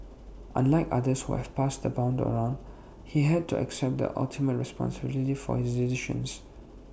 unlike others who have passed the buck around he had to accept the ultimate responsibility for his decisions